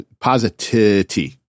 positivity